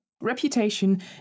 reputation